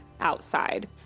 outside